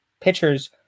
pitchers